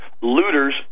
Looters